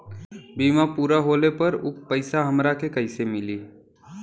बीमा पूरा होले पर उ पैसा हमरा के कईसे मिली?